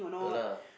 ya lah